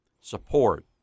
Support